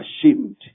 ashamed